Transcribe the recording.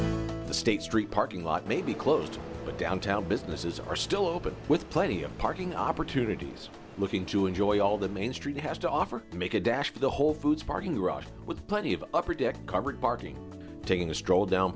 eighty state street parking lot may be closed but downtown businesses are still open with plenty of parking opportunities looking to enjoy all the main street has to offer to make a dash for the whole foods parking garage with plenty of upper deck covered parking taking a stroll down